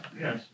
Yes